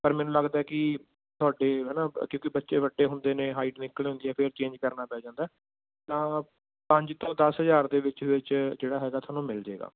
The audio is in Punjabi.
ਪਰ ਮੈਨੂੰ ਲੱਗਦਾ ਕਿ ਤੁਹਾਡੇ ਹੈ ਨਾ ਕਿਉਂਕਿ ਬੱਚੇ ਵੱਡੇ ਹੁੰਦੇ ਨੇ ਹਾਈਟ ਨਿਕਲ ਆਉਂਦੀ ਆ ਫਿਰ ਚੇਂਜ ਕਰਨਾ ਪੈ ਜਾਂਦਾ ਤਾਂ ਪੰਜ ਤੋਂ ਦਸ ਹਜ਼ਾਰ ਦੇ ਵਿੱਚ ਵਿੱਚ ਜਿਹੜਾ ਹੈਗਾ ਤੁਹਾਨੂੰ ਮਿਲ ਜੇਗਾ